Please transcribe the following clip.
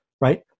right